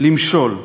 למשול.